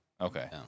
Okay